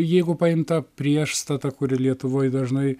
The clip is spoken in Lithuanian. jeigu paimt tą priešstatą kuri lietuvoj dažnai